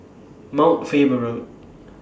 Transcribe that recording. Mount Faber Road